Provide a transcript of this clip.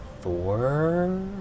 Four